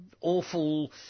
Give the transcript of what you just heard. awful